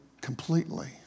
completely